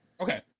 Okay